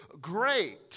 great